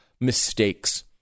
mistakes